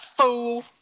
fool